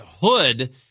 hood